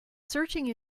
searching